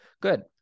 good